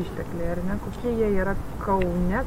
ištekliai ar ne kokie jie yra kaune